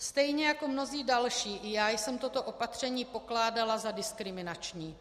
Stejně jako mnozí další i já jsem toto opatření pokládala za diskriminační.